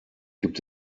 gibt